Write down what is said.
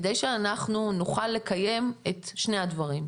כדי שאנחנו נוכל לקיים את שני הדברים.